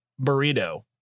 Burrito